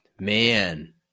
Man